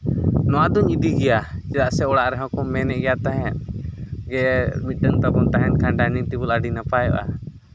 ᱱᱚᱣᱟ ᱫᱚᱧ ᱤᱫᱤ ᱜᱮᱭᱟ ᱪᱮᱫᱟᱜ ᱥᱮ ᱚᱲᱟᱜ ᱨᱮᱦᱚᱸ ᱠᱚ ᱢᱮᱱᱮᱫ ᱜᱮᱭᱟ ᱛᱟᱦᱮᱸᱫ ᱜᱮ ᱢᱤᱫᱴᱟᱹᱝ ᱛᱟᱵᱚᱱ ᱛᱟᱦᱮᱱ ᱠᱷᱟᱱ ᱰᱟᱭᱱᱤᱝ ᱴᱮᱵᱤᱞ ᱟᱹᱰᱤ ᱱᱟᱯᱟᱭᱚᱜᱼᱟ